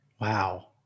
Wow